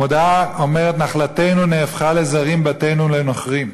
המודעה אומרת: נחלתנו נהפכה לזרים, בתינו לנוכרים.